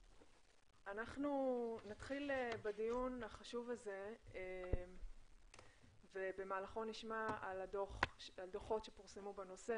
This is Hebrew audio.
אנחנו נתחיל בדיון החשוב הזה ובמהלכו נשמע על דו"חות שפורסמו בנושא,